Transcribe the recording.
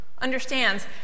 understands